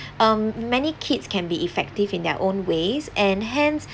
um many kids can be effective in their own ways and hence